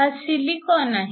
हा सिलिकॉन आहे